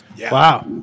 Wow